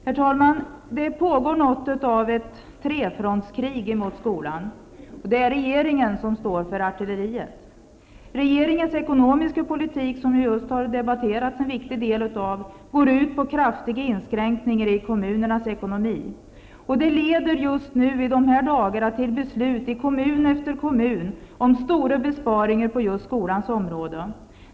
Herr talman! Det pågår något av ett trefrontskrig mot skolan. Det är regeringen som står för artilleriet. Regeringens ekonomiska politik -- en viktig del av den har just debatterats -- går ut på kraftiga inskränkningar i kommunernas ekonomi. Det leder i dessa dagar till beslut i kommun efter kommun om stora besparingar på just skolans område.